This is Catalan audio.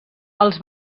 els